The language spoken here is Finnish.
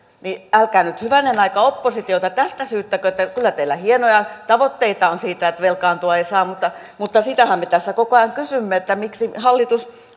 älkää nyt hyvänen aika oppositiota tästä syyttäkö kyllä teillä hienoja tavoitteita on siitä että velkaantua ei saa mutta mutta sitähän me tässä koko ajan kysymme että miksi hallitus